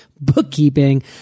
bookkeeping